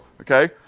okay